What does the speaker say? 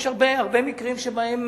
יש הרבה מקרים שבהם,